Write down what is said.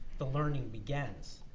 the learning begins.